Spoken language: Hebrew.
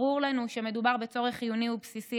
ברור לנו שמדובר בצורך חיוני ובסיסי